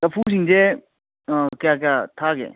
ꯆꯐꯨꯁꯤꯡꯁꯦ ꯀꯌꯥ ꯀꯌꯥ ꯊꯥꯒꯦ